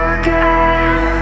again